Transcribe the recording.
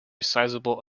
sizable